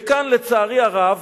וכאן, לצערי הרב,